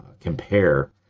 compare